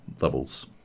levels